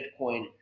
Bitcoin